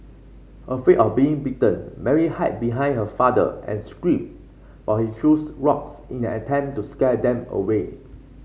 afraid of being bitten Mary behind her father and screamed while he threw rocks in an attempt to scare them away